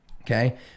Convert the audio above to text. okay